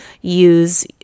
use